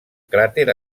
cràter